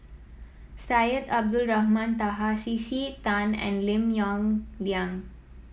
Syed Abdulrahman Taha C C Tan and Lim Yong Liang